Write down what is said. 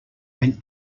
went